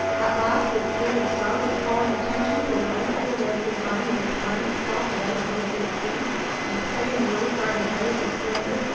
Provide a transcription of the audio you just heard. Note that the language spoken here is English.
at last, as julia cloud was calling attention to a wonderful red woodbine that had twined itself about an old dead tree and was setting the roadside ablaze with splendor,